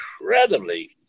incredibly